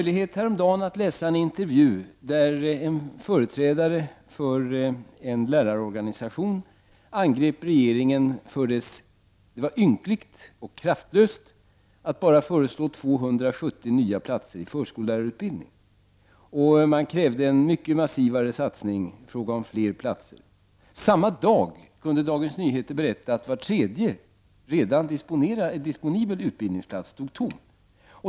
Jag hade häromdagen möjlighet att läsa en intervju där företrädare för en lärarorganisation angrep regeringen: Det var ynkligt och kraftlöst att föreslå bara 270 nya platser i förskollärarutbildning. Vederbörande krävde en mycket massivare satsning i form av fler platser. Samma dag kunde Dagens Nyheter berätta att var tredje redan disponibel utbildningsplats stod tom.